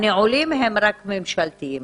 הנעולים הם רק ממשלתיים.